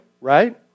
right